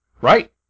Right